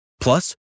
Plus